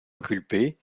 inculpé